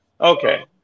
okay